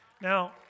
Now